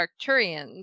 Arcturians